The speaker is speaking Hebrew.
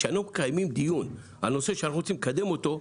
כשאנחנו מקיימים דיון על נושא שאנחנו רוצים לקדם אותו,